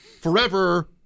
forever